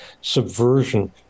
subversion